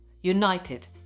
United